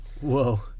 Whoa